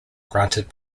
granted